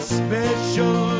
special